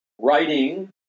writing